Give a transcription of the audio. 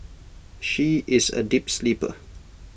she is A deep sleeper